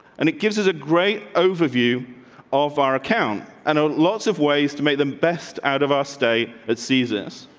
and it gives us a great overview off our account and are lots of ways to make them best out of our state. at caesars,